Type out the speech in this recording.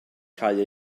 cau